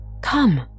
Come